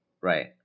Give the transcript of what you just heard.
Right